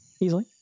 Easily